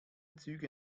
züge